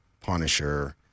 punisher